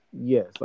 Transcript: Yes